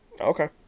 Okay